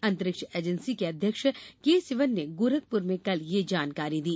अंतरिक्ष एजेंसी के अध्यक्ष के सिवन ने गोरखपुर में कल ये जानकारी दी